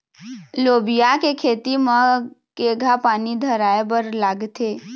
लोबिया के खेती म केघा पानी धराएबर लागथे?